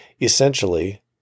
Essentially